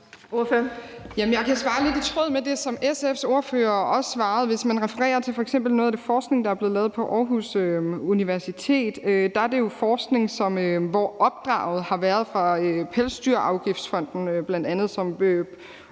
der ligger lidt i tråd med det, som SF's ordfører også svarede. Hvis man refererer til noget af den forskning, der f.eks. er blevet lavet på Aarhus Universitet, så er det jo forskning, hvor Pelsdyrafgiftsfonden, som